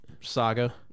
saga